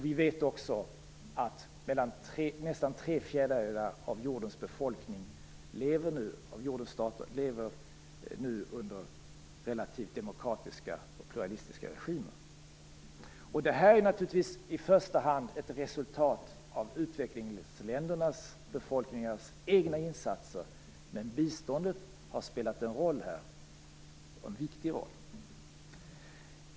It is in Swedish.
Vi vet också att man i nästan tre fjärdedelar av jordens stater nu lever under relativt demokratiska och pluralistiska regimer. Det här är naturligtvis i första hand ett resultat av egna insatser från befolkningen i utvecklingsländerna. Men biståndet har spelat en roll - en viktig roll.